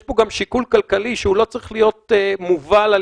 יש פה גם שיקול כלכלי שהוא לא צריך להיות מובל על